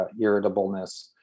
irritableness